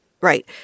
Right